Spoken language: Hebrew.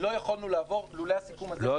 לא היינו יכולים לעבור לולא הסיכום הזה.